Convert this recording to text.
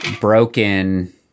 broken